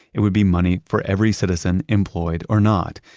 it would be money for every citizen employed or not.